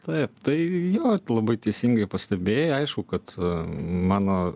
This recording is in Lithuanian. taip tai jo labai teisingai pastebėjai aišku kad mano